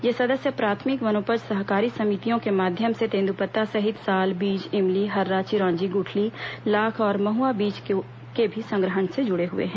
ये सदस्य प्राथमिक वनोपज सहकारी समितियों के माध्यम से तेन्द्रपत्ता सहित साल बीज इमली हर्रा चिरौंजी गुठली लाख और महुआ बीज के भी संग्रहण से जुड़े हुए हैं